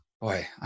Boy